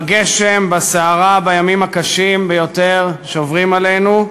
בגשם, בסערה, בימים הקשים ביותר שעוברים עלינו,